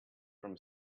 from